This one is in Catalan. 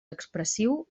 expressiu